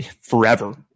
forever